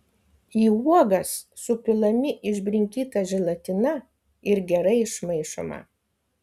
į uogas supilami išbrinkyta želatina ir gerai išmaišoma